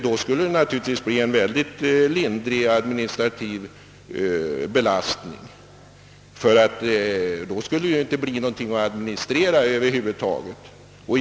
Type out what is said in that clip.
Då skulle naturligtvis den administrativa belastningen bli lindrig, ty då skulle det inte finnas något att administrera över huvud taget.